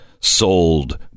sold